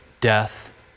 death